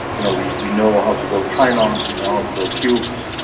you know we we know how to build pylons, we know how to build tubes,